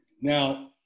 Now